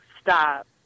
stop